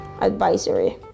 advisory